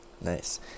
Nice